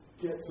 get